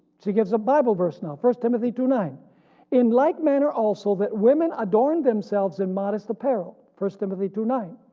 she gives a bible verse now. first timothy two nine in like manner also, that women adorn themselves in modest apparel. first timothy two nine.